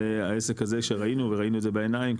זה העסק הזה שראינו וראינו את זה בעיניים,